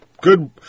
good